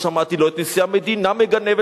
לא שמעתי לא את נשיא המדינה מגנה,